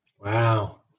Wow